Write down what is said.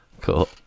Cool